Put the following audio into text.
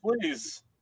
please